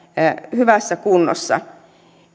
hyvässä kunnossa